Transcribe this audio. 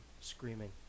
screaming